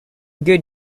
good